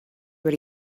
what